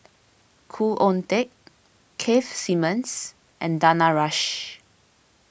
Khoo Oon Teik Keith Simmons and Danaraj